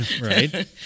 Right